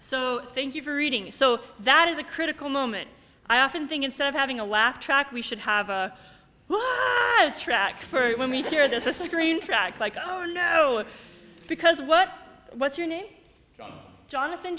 so thank you for reading so that is a critical moment i often thing instead of having a laugh track we should have a track for it when we hear there's a scream track like oh no because what what's your name jonathan